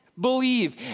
believe